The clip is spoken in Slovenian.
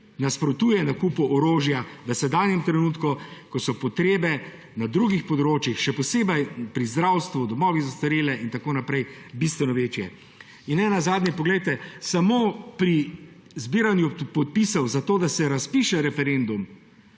nasprotuje nakupu orožja v sedanjem trenutku, ko so potrebe na drugih področjih, še posebej v zdravstvu, domovih za ostarele in tako naprej, bistveno večje. In nenazadnje, poglejte, ko smo začeli zbirati podpise za to, da se razpiše referendum